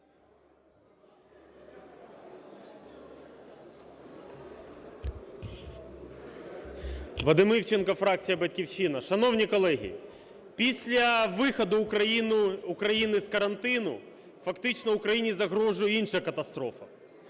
Вадим Івченко, фракція "Батьківщина". Шановні колеги, після виходу України з карантину фактично Україні загрожує інша катастрофа